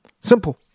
Simple